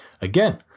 again